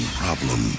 problem